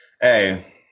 Hey